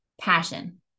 passion